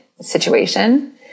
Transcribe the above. situation